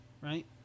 right